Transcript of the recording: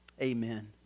amen